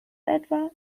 etwa